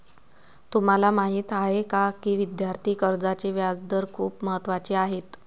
तुम्हाला माहीत आहे का की विद्यार्थी कर्जाचे व्याजदर खूप महत्त्वाचे आहेत?